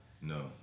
No